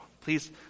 please